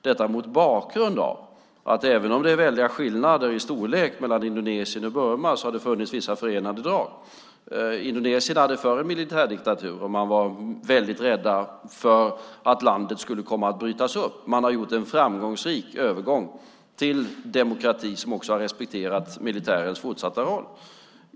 Även om det är väldiga skillnader i storlek mellan Indonesien och Burma har det funnits vissa förenande drag. Indonesien hade förr en militärdiktatur, och man var väldigt rädd att landet skulle komma att brytas upp. Man har gjort en framgångsrik övergång till demokrati som också har respekterat militärens fortsatta roll.